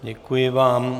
Děkuji vám.